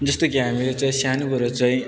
जस्तो कि हामीलाई चाहिँ सानोबाट चाहिँ